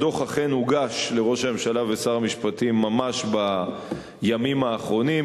הדוח אכן הוגש לראש הממשלה ושר המשפטים ממש בימים האחרונים.